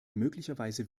möglicherweise